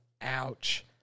Ouch